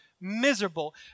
miserable